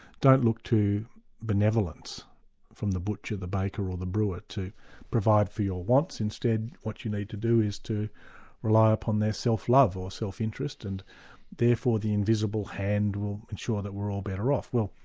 don't look to benevolence from the butcher, the baker, or the brewer to provide for your wants. instead what you need to do is to rely upon their self-love, or self-interest, and therefore the invisible hand will ensure that we're all better off. well,